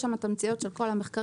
יש לנו תמציות של כל המחקרים,